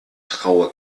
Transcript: traue